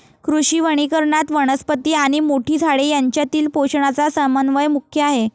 कृषी वनीकरणात, वनस्पती आणि मोठी झाडे यांच्यातील पोषणाचा समन्वय मुख्य आहे